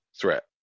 threat